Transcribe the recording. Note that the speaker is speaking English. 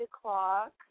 o'clock